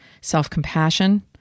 self-compassion